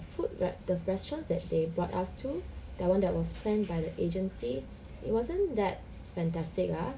food right the restaurant that they brought us to that [one] that was planned by the agency it wasn't that fantastic lah